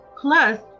plus